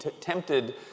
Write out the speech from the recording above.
tempted